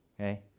Okay